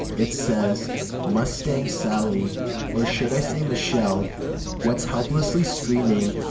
it says mustang sally or should i say michelle what's helplessly screaming?